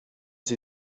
sie